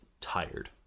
tired